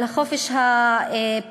על חופש הפעילות.